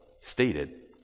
stated